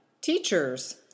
teachers